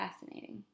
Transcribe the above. fascinating